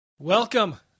Welcome